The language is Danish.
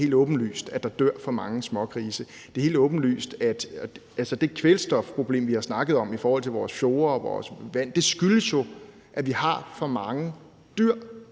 Det er jo helt åbenlyst, at der dør for mange smågrise. Altså, det kvælstofproblem, vi har snakket om i forhold til vores fjorde og vores vand, skyldes jo, at vi har for mange dyr,